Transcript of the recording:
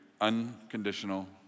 unconditional